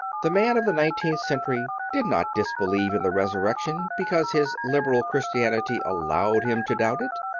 the man of the nineteenth century did not disbelieve in the resurrection because his liberal christianity allowed him to doubt it.